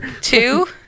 two